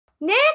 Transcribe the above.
Nick